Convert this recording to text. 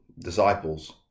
Disciples